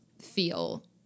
feel